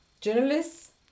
journalists